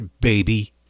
baby